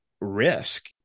risk